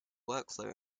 workflow